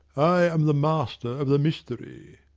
i am the master of the mystery.